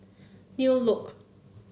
New Look